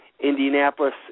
Indianapolis